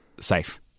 safe